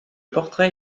portrait